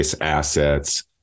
assets